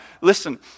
Listen